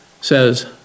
says